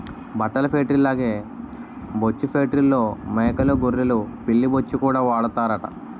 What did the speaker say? బట్టల ఫేట్రీల్లాగే బొచ్చు ఫేట్రీల్లో మేకలూ గొర్రెలు పిల్లి బొచ్చుకూడా వాడతారట